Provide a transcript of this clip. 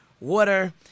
water